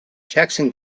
jackson